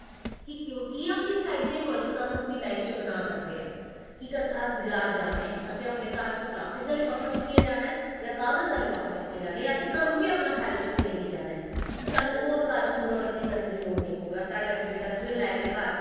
कि कियां किस टाईप दी चोआससिस अस अपनी लाईफ च बना करदे आं कि अस बज़ार जा करदे आं कि असैं अपनें घर प्लासटिक दा लफाफा चुक्कियै लेआना ऐ जां कागज़ा दा लफाफा लेआना ऐ जांअसैं घरों गै अपनां तोल्ला चुक्कियै जाना ऐ कि साह्नू होर घर च कूड़ कट्टा करनें दी लोड़ नेंई पवै ते अपनें डसिटबीन लाए दे अपनें घर